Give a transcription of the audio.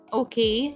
okay